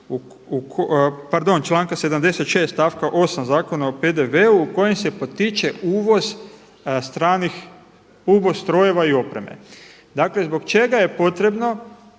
članka 76. stavak 8. Zakona o PDV-u u kojem se potiče uvoz stranih … strojeva i opreme. Dakle zbog čega je potrebno